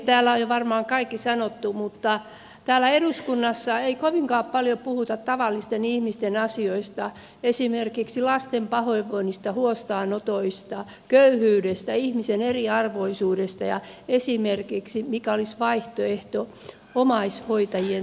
täällä on jo varmaan kaikki sanottu mutta täällä eduskunnassa ei kovinkaan paljon puhuta tavallisten ihmisten asioista esimerkiksi lasten pahoinvoinnista huostaanotoista köyhyydestä ihmisten eriarvoisuudesta ja mikä olisi vaihtoehto omaishoitajien tuesta